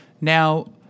Now